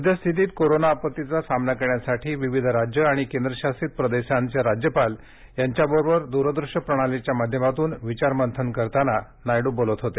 सद्यस्थितीत कोरोना आपत्तीचा सामना करण्यासाठी विविध राज्यं आणि केंद्रशासित प्रदेशांचे राज्यपाल यांच्याबरोबर द्रदृश्य प्रणालीच्या माध्यमातून विचारमंथन करताना नायडू बोलत होते